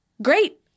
Great